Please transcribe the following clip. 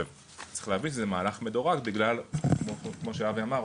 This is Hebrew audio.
צריך להבין שזה מהלך מדורג בגלל כמו שאבי אמר,